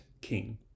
King